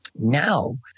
Now